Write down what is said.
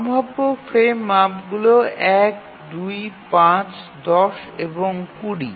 সম্ভাব্য ফ্রেম মাপগুলি ১ ২ ৫ ১০ এবং ২০